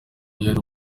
yari